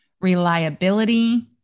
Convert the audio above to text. reliability